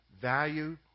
value